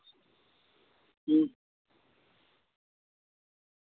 अं